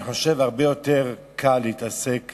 אני חושב שהרבה יותר קל להתעסק